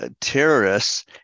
terrorists